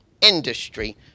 industry